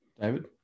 David